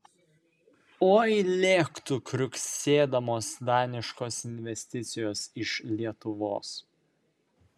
oi lėktų kriuksėdamos daniškos investicijos iš lietuvos